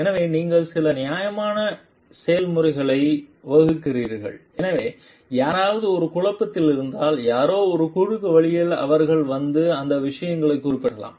எனவே நீங்கள் சில நிலையான செயல்முறைகளை வகுக்கிறீர்கள் எனவே யாராவது ஒரு குழப்பத்தில் இருந்தால் யாரோ ஒரு குறுக்கு வழியில் அவர்கள் வந்து அந்த விஷயங்களைக் குறிப்பிடலாம்